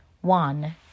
one